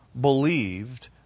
believed